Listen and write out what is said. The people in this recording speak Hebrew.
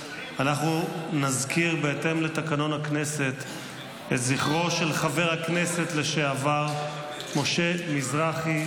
אנחנו נזכיר בהתאם לתקנון הכנסת את זכרו של חבר הכנסת לשעבר משה מזרחי,